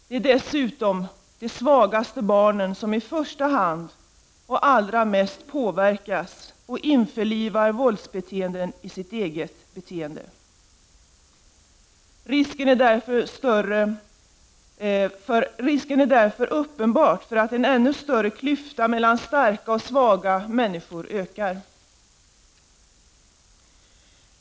Det är dessutom de svagaste barnen som i första hand och allra mest påverkas och införlivar våldsbeteenden i sitt eget beteende. Risken är därför uppenbar att den redan stora klyftan mellan starka och svaga människor kommer att öka.